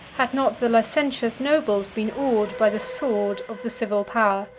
had not the licentious nobles been awed by the sword of the civil power.